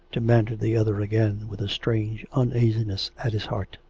demanded the other again, with a strange uneasiness at his heart.